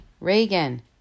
Reagan